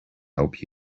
help